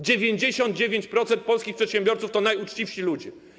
99% polskich przedsiębiorców to najuczciwsi ludzie.